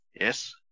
Yes